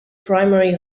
primary